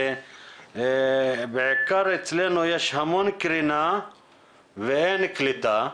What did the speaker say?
כי בעיקר אצלנו יש המון קרינה ואין קליטה,